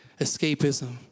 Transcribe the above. escapism